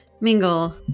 mingle